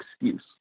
excuse